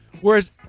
Whereas